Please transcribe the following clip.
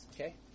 okay